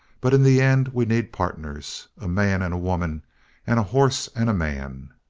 but in the end we need partners, a man and a woman and a horse and a man.